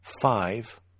five